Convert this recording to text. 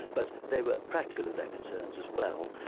but they were practical in their concerns as well.